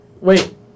Wait